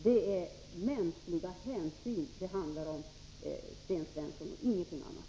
Det handlar om mänskliga hänsyn, Sten Svensson, ingenting annat.